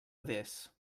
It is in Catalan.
adés